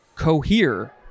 Cohere